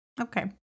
okay